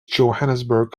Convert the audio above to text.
johannesburg